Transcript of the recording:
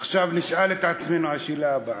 עכשיו נשאל את עצמנו את השאלה הבאה: